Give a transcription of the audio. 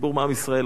ציבור מעם ישראל,